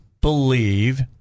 believe